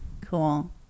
Cool